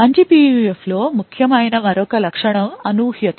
మంచి PUF లో ముఖ్యమైన మరొక లక్షణం అనూహ్యత